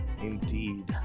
Indeed